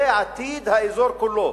זה עתיד האזור כולו,